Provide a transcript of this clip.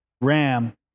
ram